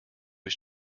his